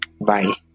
bye